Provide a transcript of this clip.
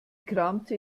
kramte